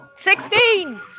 Sixteen